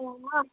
उ'आं